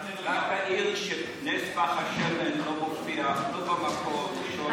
אני רק אעיר שנס פך השמן לא מופיע לא במקור הראשון,